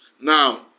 Now